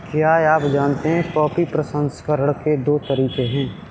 क्या आप जानते है कॉफी प्रसंस्करण के दो तरीके है?